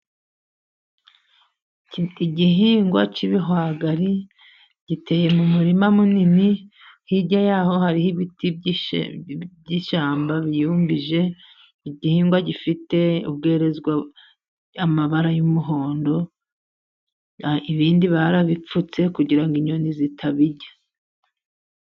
Cyitwa igihingwa k'ibihwagari giteye mu murima munini hirya yaho hariho ibiti by'ishyamba biyumbije. Igihingwa gifite amabara y'umuhondo ibindi barabipfutse kugira inyoni zitabirya.